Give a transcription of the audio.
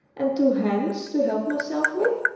and two hands to help myself with!